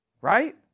right